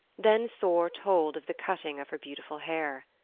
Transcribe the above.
then thor told of the cutting of her beautiful hair.